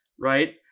right